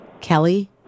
Kelly